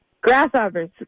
Grasshoppers